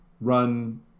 run